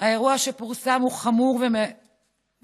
האירוע שפורסם הוא חמור ומצער,